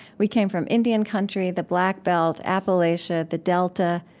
we came from indian country, the black belt, appalachia, the delta,